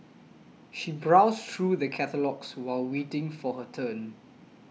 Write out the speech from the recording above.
she browsed through the catalogues while waiting for her turn